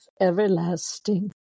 everlasting